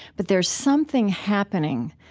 but there's something happening,